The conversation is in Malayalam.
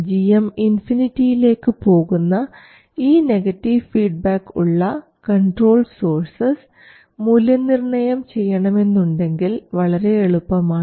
gm ഇൻഫിനിറ്റിയിലേക്ക് പോകുന്ന ഈ നെഗറ്റീവ് ഫീഡ്ബാക്ക് ഉള്ള കൺട്രോൾ സോഴ്സസ് മൂല്യനിർണയം ചെയ്യണമെന്നുണ്ടെങ്കിൽ വളരെ എളുപ്പമാണ്